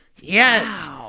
Yes